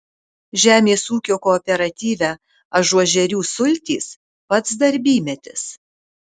žemės ūkio kooperatyve ažuožerių sultys pats darbymetis